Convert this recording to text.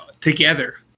together